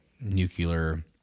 nuclear